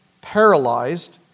paralyzed